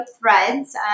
threads